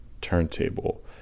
turntable